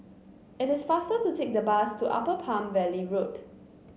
it is faster to take the bus to Upper Palm Valley Road